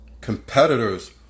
Competitors